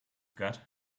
got